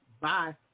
Bye